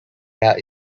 are